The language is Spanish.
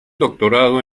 doctorado